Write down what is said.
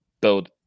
build